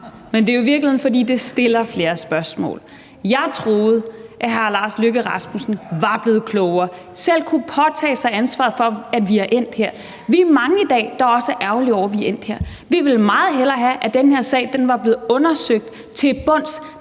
men det er jo i virkeligheden, fordi det stiller flere spørgsmål. Jeg troede, at hr. Lars Løkke Rasmussen var blevet klogere og selv kunne påtage sig ansvaret for, at vi er endt her. Vi er mange i dag, der også er ærgerlige over, at vi er endt her. Vi ville meget hellere have, at den her sag var blevet undersøgt til bunds,